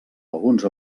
alguns